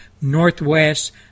northwest